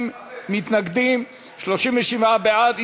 52 מתנגדים, 37 בעד.